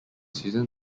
susan